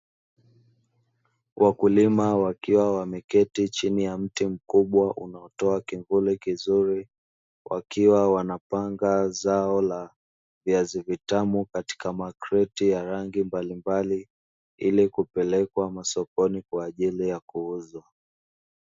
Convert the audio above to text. Wakulima wakiwa wamekaa chini ya mti mkubwa unaotoa kivuli kizuri, wakiwa wanapanga zao la viazi vitamu katika makreti ya rangi mbalimbali, ili kupelekwa masokoni kwa ajili ya kuuzwa.